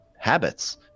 habits